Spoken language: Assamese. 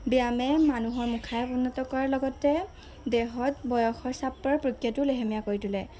ব্যায়ামে মানুহৰ মুখাক উন্নত কৰাৰ লগতে দেহত বয়সৰ চাপৰ প্ৰক্ৰিয়াটো লেহেমীয়া কৰি তোলে